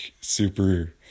super